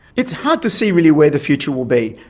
it's hard to see really where the future will be.